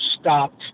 stopped